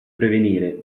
prevenire